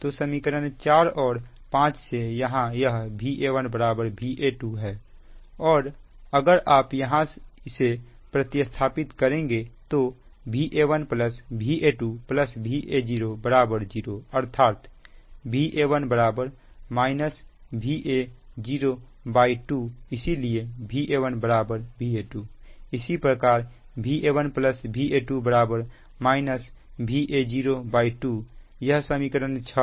तो समीकरण 4 और 5 से यहां यह Va1Va2 है अगर आप यहां इसे प्रति स्थापित करेंगे तो Va1Va1Va0 0 अर्थात Va1 Va02 इसलिए Va1Va2 इस प्रकार Va1Va2 Va02 यह समीकरण 6 है